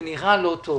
זה נראה לא טוב.